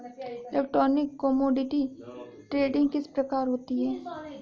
Electronic commodity trading किस प्रकार होती है?